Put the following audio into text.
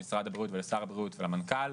למשרד הבריאות ולשר הבריאות ולמנכ"ל,